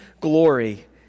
glory